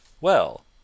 Well